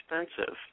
expensive